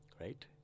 right